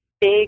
big